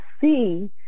see